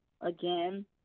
again